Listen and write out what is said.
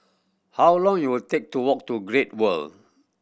how long you will take to walk to Great World